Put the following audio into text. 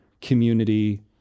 community